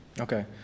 Okay